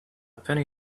penny